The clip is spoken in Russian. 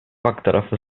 факторов